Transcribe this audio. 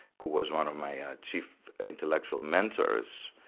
who was one of my ah chief intellectual mentors,